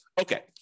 Okay